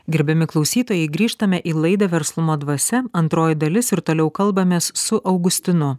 gerbiami klausytojai grįžtame į laidą verslumo dvasia antroji dalis ir toliau kalbamės su augustinu